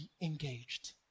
engaged